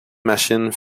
machine